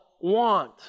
want